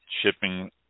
shipping